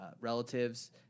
relatives